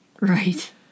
Right